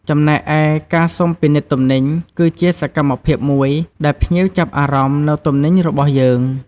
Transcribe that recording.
ចំណែកឯការសុំពិនិត្យទំនិញ គឺជាសកម្មភាពមួយដែលភ្ញៀវចាប់អារម្មណ៍នូវទំនិញរបស់យើង។